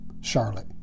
Charlotte